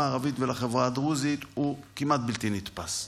הערבית ולחברה הדרוזית הוא כמעט בלתי נתפס.